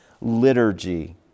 liturgy